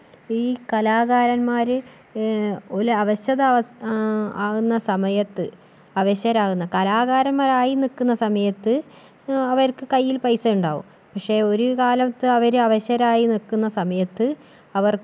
ഈ കലാകാരന്മാർ ഒരു അവശത അവസ്ഥ ആകുന്ന സമയത്ത് അവശരാകുന്ന കലാകാരന്മാരായി നിൽക്കുന്ന സമയത്ത് അവർക്ക് കയ്യിൽ പൈസ ഉണ്ടാകും പക്ഷേ ഒരുകാലത്ത് അവർ അവശരായി നിൽക്കുന്ന സമയത്ത് അവർക്ക്